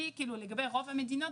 לגבי רוב המדינות,